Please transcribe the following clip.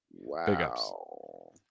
wow